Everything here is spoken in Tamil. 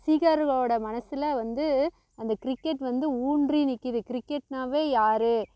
ரசிகர்களோட மனசில் வந்து அந்த கிரிக்கெட் வந்து ஊன்றி நிற்குது கிரிக்கெட்னாலே யார்